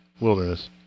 wilderness